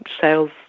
sales